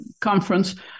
conference